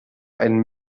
einen